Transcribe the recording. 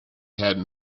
had